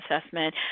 assessment